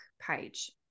page